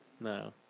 No